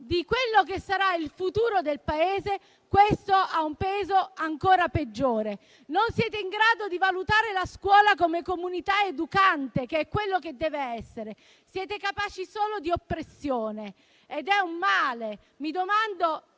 di quello che sarà il futuro del Paese, ha un peso ancora peggiore. Non siete in grado di valutare la scuola come comunità educante, che è quello che deve essere. Siete capaci solo di oppressione, ed è un male. Mi domando